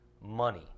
Money